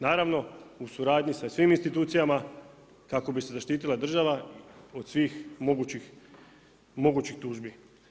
Naravno u suradnji sa svim institucijama, kako bi se zaštitila država od svih mogućih tužbi.